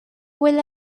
will